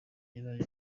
nyirayo